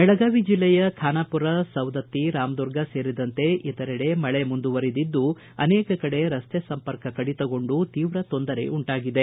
ಬೆಳಗಾವಿ ಜಿಲ್ಲೆಯ ಖಾನಾಪೂರ ಸವದತ್ತಿ ರಾಮದುರ್ಗ ಸೇರಿದಂತೆ ಇತರೆಡೆ ಮಳೆ ಮುಂದುವರೆದಿದ್ದು ಅನೇಕಕಡೆ ರಸ್ತೆ ಸಂಪರ್ಕ ಕಡಿತಗೊಂಡು ತೀವ್ರ ತೊಂದರೆಯುಂಟಾಗಿದೆ